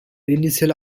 initial